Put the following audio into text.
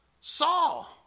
Saul